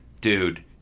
Dude